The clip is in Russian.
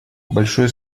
большое